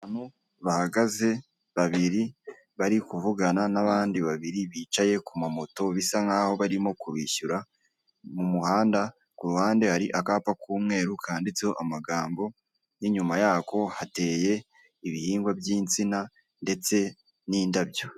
Bahagaze babiri bari kuvugana n'abandi babiri bicaye ku ma moto bisa nkaho barimo kubishyura mumuhanda,. kuruhande hari akapa k'umweru kandiditseho amagambo, y'inyuma yako hateye ibihingwa by'insina, ndetse n'indabyo.